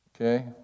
Okay